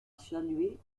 salué